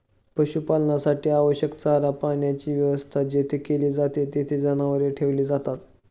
पशुपालनासाठी आवश्यक चारा पाण्याची व्यवस्था जेथे केली जाते, तेथे जनावरे ठेवली जातात